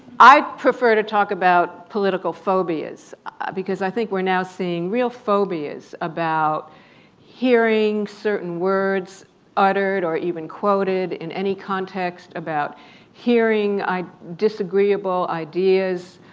i prefer to talk about political phobias because i think we're now seeing real phobias about hearing certain words uttered or even quoted in any context about hearing disagreeable ideas,